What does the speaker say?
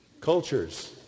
Cultures